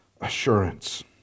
assurance